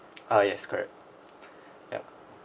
ah yes correct ya